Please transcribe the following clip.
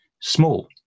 small